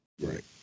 Right